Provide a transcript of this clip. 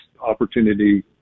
opportunity